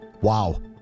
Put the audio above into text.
Wow